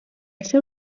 seu